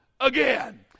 again